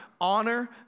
honor